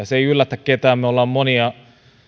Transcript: se ei yllätä ketään me olemme monia